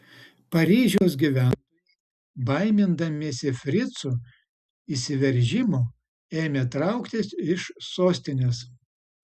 paryžiaus gyventojai baimindamiesi fricų įsiveržimo ėmė trauktis iš sostinės